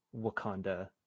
Wakanda